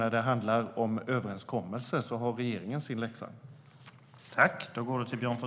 När det handlar om överenskommelser har regeringen alltså sin läxa.